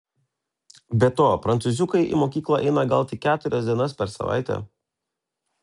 be to prancūziukai į mokyklą eina gal tik keturias dienas per savaitę